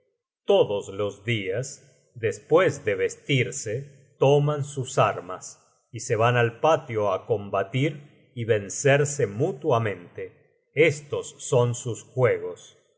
todos los dias despues de vestirse toman sus armas y se van al patio á combatir y vencerse mutuamente estos son sus juegos